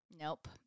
Nope